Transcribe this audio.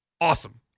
awesome